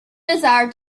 desire